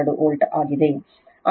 2 volt ಆಗಿದೆ